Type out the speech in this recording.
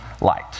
light